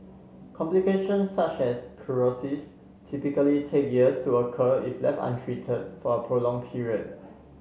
complications such as cirrhosis typically take years to occur if left untreated for a prolonged period